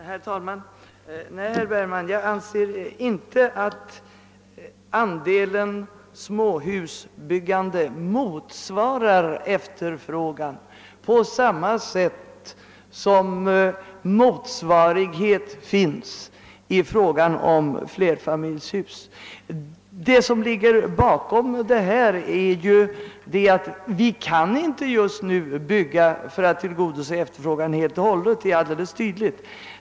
Herr talman! Nej, herr Bergman, jag anser inte att andelen småhusbyggande motsvarar efterfrågan på samma sätt som motsvarighet finns i fråga om flerfamiljshus. Det som ligger bakom är ju att just nu kan vi inte bygga så att vi tillgodoser efterfrågan helt och hållet — det är alldeles tydligt.